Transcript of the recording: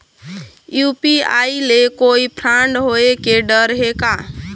UPI ले कोई fraud होए के डर हे का?